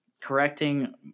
correcting